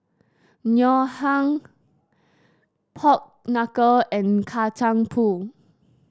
Ngoh Hiang Pork Knuckle and Kacang Pool